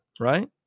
right